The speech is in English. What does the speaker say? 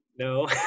No